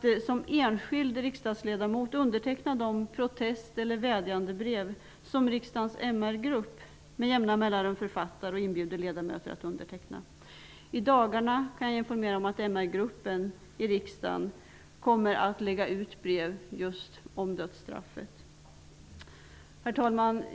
t.ex. som enskild riksdagsledamot reagera genom att underteckna de protest eller vädjandebrev som riksdagens MR grupp med jämna mellanrum författar och inbjuder ledamöter att underteckna. Jag kan informera om att riksdagens MR-grupp i dagarna kommer att lägga ut brev om just dödsstraffet. Herr talman!